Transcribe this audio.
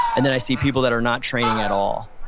and then i see people that are not training at all.